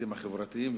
המשרדים החברתיים,